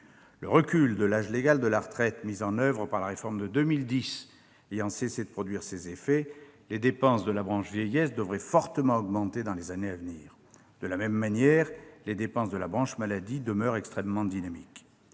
Le recul de l'âge légal de la retraite mis en oeuvre par la réforme de 2010 ayant cessé de produire ses effets, les dépenses de la branche vieillesse devraient fortement augmenter dans les années à venir. De la même manière, les dépenses de la branche maladie demeurent extrêmement dynamiques.